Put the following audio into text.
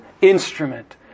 instrument